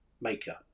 maker